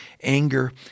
anger